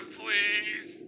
please